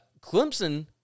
Clemson